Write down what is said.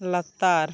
ᱞᱟᱛᱟᱨ